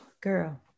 Girl